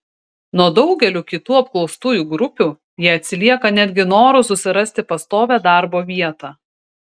nuo daugelių kitų apklaustųjų grupių jie atsilieka netgi noru susirasti pastovią darbo vietą